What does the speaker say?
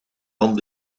van